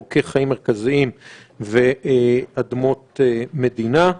עורקי חיים מרכזיים ואדמות מדינה.